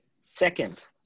Second